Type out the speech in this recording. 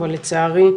אבל לצערי,